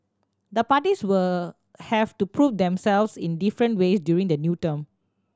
the parties will have to prove themselves in different ways during the new term